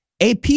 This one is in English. AP